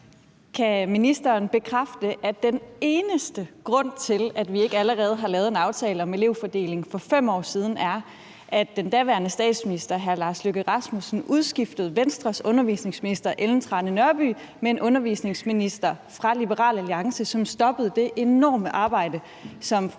Kan ministeren bekræfte, at den eneste grund til, at vi ikke allerede har lavet en aftale om elevfordelingen for 5 år siden, er, at den daværende statsminister, hr. Lars Løkke Rasmussen, udskiftede Venstres undervisningsminister, fru Ellen Trane Nørby, med en undervisningsminister fra Liberal Alliance, som stoppede det enorme arbejde, som fru